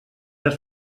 les